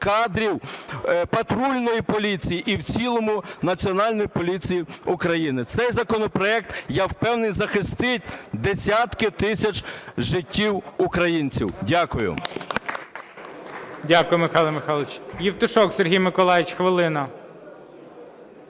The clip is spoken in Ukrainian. кадрів патрульної поліції і в цілому Національної поліції України. Цей законопроект, я впевнений, захистить десятки тисяч життів українців. Дякую.